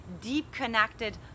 deep-connected